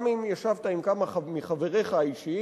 גם אם ישבת עם כמה מחבריך האישיים,